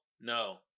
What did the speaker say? no